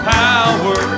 power